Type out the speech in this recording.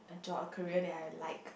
a job a career that I like